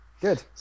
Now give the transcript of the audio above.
Good